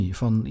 van